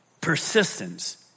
Persistence